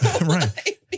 Right